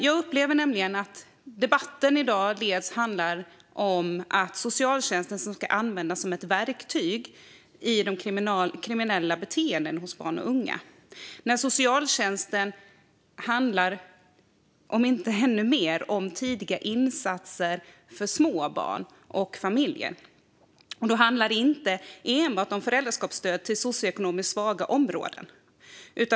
Jag upplever nämligen att debatten i dag handlar om att socialtjänsten ska användas som ett verktyg mot kriminella beteenden hos barn och unga. Socialtjänsten handlar lika mycket om inte mer om tidiga insatser för små barn och familjer. Och då handlar det inte enbart om föräldraskapsstöd till socioekonomiskt svaga områden.